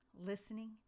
listening